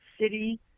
City